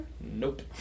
nope